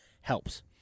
helps